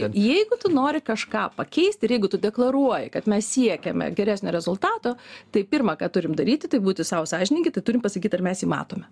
jeigu tu nori kažką pakeist ir jeigu tu deklaruoji kad mes siekiame geresnio rezultato tai pirma ką turim daryti tai būti sau sąžiningi tai turim pasakyt ar mes jį matome